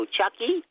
Chucky